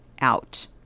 out